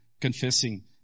confessing